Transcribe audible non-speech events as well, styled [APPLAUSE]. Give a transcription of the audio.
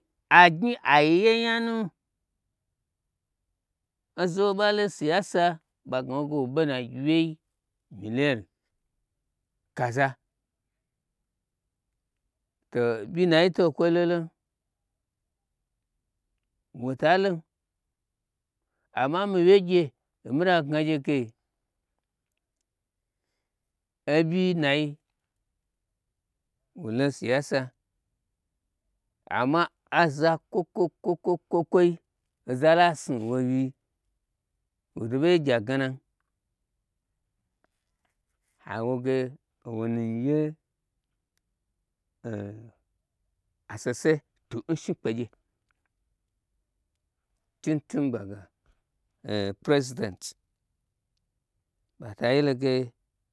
Ai gnyi ai yenyanu oza wo ɓa lo siya sa ɓa gna woge woɓe nnagyi wyei milliyon kaza to ɓyi nai to n kwo lolon watalon amma mi wyegye omida gnagyege ebyi nai wolo siyasa amma aza kwokwoi oza lasnu nwo wyi woto ɓei gye agnanam hawoge owonu ye [HESITATION] asese tu n shni kpegye tun tun ɓaga [HESITATION] president ɓata yeloge